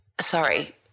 Sorry